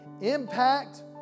Impact